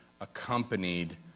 accompanied